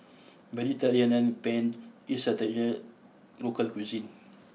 Mediterranean Penne is a traditional local cuisine